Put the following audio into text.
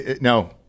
No